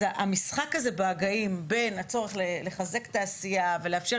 אז המשחק הזה בהגאים בין הצורך לחזק את התעשייה ולאפשר